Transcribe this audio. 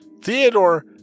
Theodore